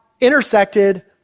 intersected